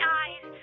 eyes